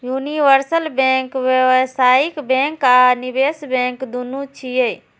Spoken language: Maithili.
यूनिवर्सल बैंक व्यावसायिक बैंक आ निवेश बैंक, दुनू छियै